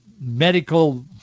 medical